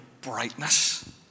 brightness